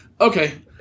Okay